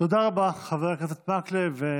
תודה רבה, חבר הכנסת מקלב.